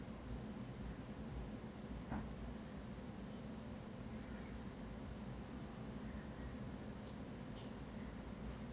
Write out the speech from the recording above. ah